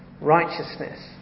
righteousness